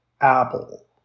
Apple